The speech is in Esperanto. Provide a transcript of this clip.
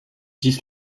ĝis